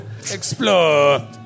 explore